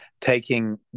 taking